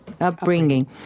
upbringing